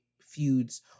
feuds